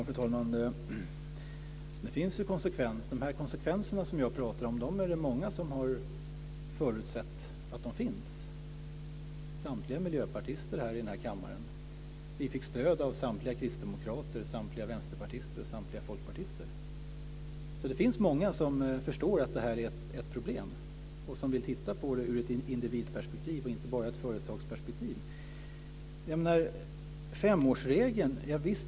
Fru talman! Det finns konsekvenser. De konsekvenser jag pratar om har många förutsett. Det gäller samtliga miljöpartister i kammaren. Vi fick stöd av samtliga kristdemokrater, samtliga vänsterpartister och samtliga folkpartister. Det finns många som förstår att det här är ett problem och som tittar på detta från ett individperspektiv och inte bara ur ett företagsperspektiv. Visst har vi femårsregeln.